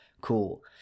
cool